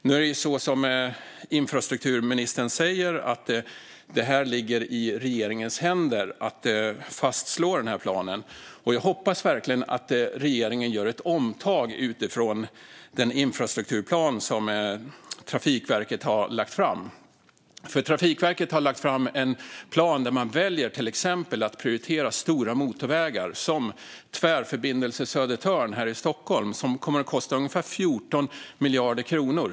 Nu är det ju så som infrastrukturministern säger att det ligger i regeringens händer att fastslå den här planen. Jag hoppas verkligen att regeringen gör ett omtag utifrån den infrastrukturplan som Trafikverket har lagt fram, för Trafikverket har lagt fram en plan där man väljer att prioritera till exempel stora motorvägar. En sådan motorväg är Tvärförbindelse Södertörn här i Stockholm, som kommer att kosta ungefär 14 miljarder kronor.